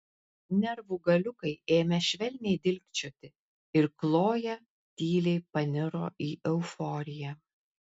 nervų galiukai ėmė švelniai dilgčioti ir kloja tyliai paniro į euforiją